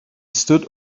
stood